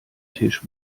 tisch